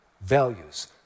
values